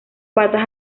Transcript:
patas